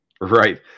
Right